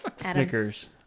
Snickers